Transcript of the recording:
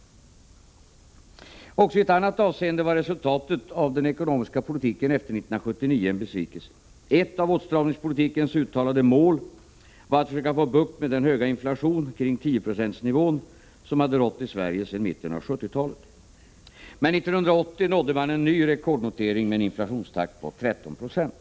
Också i ett annat avseende var resultatet av den ekonomiska politiken efter 1979 en besvikelse. Ett av åtstramningspolitikens uttalade mål var att försöka få bukt med den höga inflation kring 10-procentsnivån som hade rått i Sverige sedan mitten av 1970-talet. Men 1980 nådde man en ny rekordnotering med en inflationstakt på 13 96.